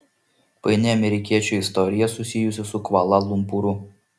paini amerikiečio istorija susijusi su kvala lumpūru